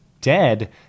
dead